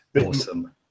awesome